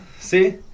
See